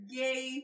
gay